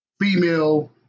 female